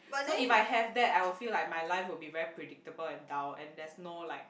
so if I have that I will feel like my life would be very predictable and dull and there's no like